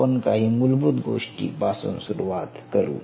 आपण काही मुलभूत गोष्टी पासुन सुरुवात करु